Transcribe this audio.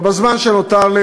ובזמן שנותר לי,